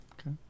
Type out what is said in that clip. Okay